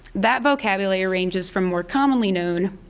that vocabulary ranges from more commonly known